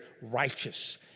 righteous